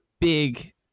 big